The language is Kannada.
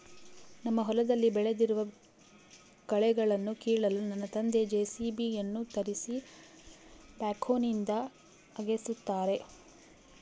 ನಮ್ಮ ಹೊಲದಲ್ಲಿ ಬೆಳೆದಿರುವ ಕಳೆಗಳನ್ನುಕೀಳಲು ನನ್ನ ತಂದೆ ಜೆ.ಸಿ.ಬಿ ಯನ್ನು ತರಿಸಿ ಬ್ಯಾಕ್ಹೋನಿಂದ ಅಗೆಸುತ್ತಾರೆ